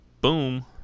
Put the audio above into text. Boom